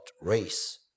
race